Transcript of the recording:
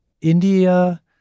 India